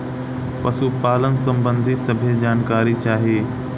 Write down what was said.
पशुपालन सबंधी सभे जानकारी चाही?